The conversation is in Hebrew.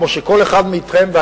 כמו שכל אחד מכם אומר,